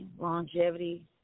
longevity